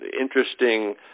interesting